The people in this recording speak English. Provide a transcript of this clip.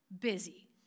busy